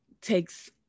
takes